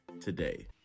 today